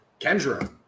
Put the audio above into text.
Kendra